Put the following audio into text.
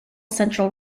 central